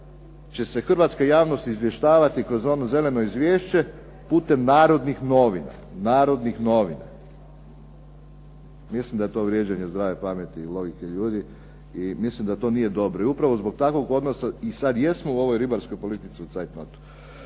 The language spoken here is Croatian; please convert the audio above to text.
će se hrvatska javnost izvještavati kroz ono "zeleno izvješće" putem "Narodnih novina". Mislim da je to vrijeđanje zdrave pameti i logike ljudi i mislim da to nije dobro i upravo zbog takvog odnosa i sad jesmo u ovoj ribarskoj politici u cajtnotu.